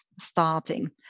starting